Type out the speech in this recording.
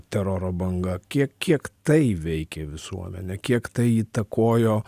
teroro banga kiek kiek tai veikė visuomenę kiek tai įtakojo